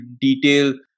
detail